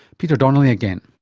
peter donnelly again.